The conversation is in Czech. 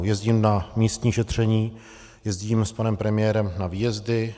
Jezdím na místní šetření, jezdím s panem premiérem na výjezdy.